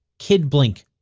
kid blink.